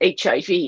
HIV